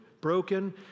broken